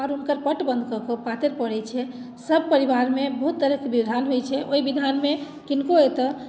आओर हुनकर पट बन्द कऽ कऽ पातरि पड़ैत छै सभ परिवारमे बहुत तरहके विधान होइत छै ओहि विधानमे किनको ओतऽ